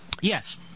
Yes